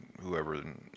whoever